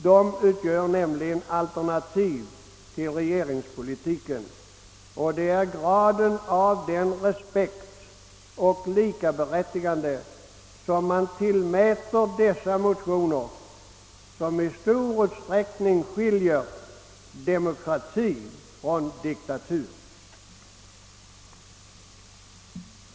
De utgör nämligen alternativ till regeringspolitiken och det är graden av den respekt och det likaberättigande man tillmäter dessa motioner, som i stor utsträckning skiljer demokrati från diktatur.